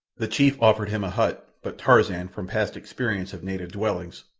the chief offered him a hut, but tarzan, from past experience of native dwellings,